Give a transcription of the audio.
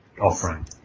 offering